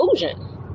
illusion